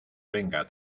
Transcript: venga